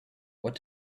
what